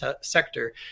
sector